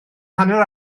hanner